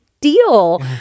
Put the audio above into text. deal